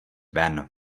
ven